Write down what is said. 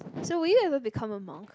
so will you ever become a monk